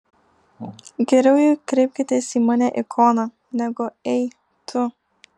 geriau jau kreipkitės į mane ikona negu ei tu